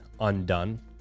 undone